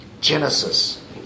Genesis